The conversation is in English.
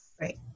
Right